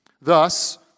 Thus